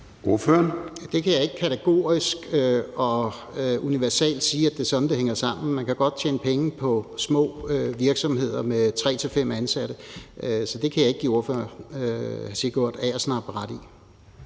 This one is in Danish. Jeg kan ikke kategorisk og universalt sige, at det er sådan, det hænger sammen. Man kan godt tjene penge på små virksomheder med tre til fem ansatte, så det kan jeg ikke give ordføreren, Sigud Agersnap, ret i.